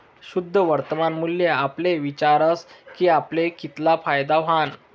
शुद्ध वर्तमान मूल्य आपले विचारस की आपले कितला फायदा व्हयना